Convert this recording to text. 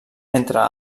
entre